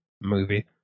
movie